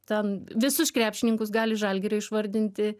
ten visus krepšininkus gali žalgirio išvardinti